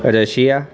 Russia